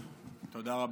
תודה רבה.